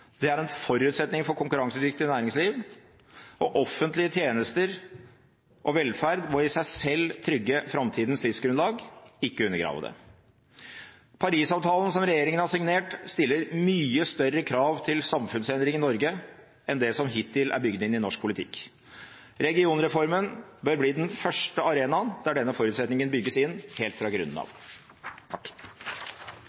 Det er en forutsetning for konkurransedyktig næringsliv, og offentlige tjenester og velferd må i seg selv trygge framtidas livsgrunnlag, ikke undergrave det. Paris-avtalen, som regjeringen har signert, stiller mye større krav til samfunnsendring i Norge enn det som hittil er bygd inn i norsk politikk. Regionreformen bør bli den første arenaen der denne forutsetningen bygges inn helt fra grunnen av.